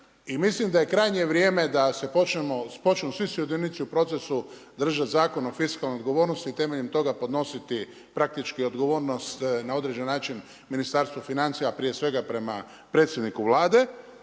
mislim da je krajnje vrijeme da se počnu svi sudionici u procesu držati Zakon o fiskalnoj odgovornosti i temeljem toga podnositi praktički odgovornost na određen način Ministarstvu financija, prije svega prema predsjedniku Vlade.